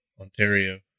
Ontario